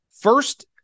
First